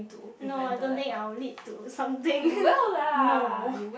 no I don't think I will lead to something no